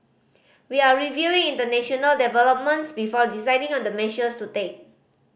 we are reviewing international developments before deciding on the measures to take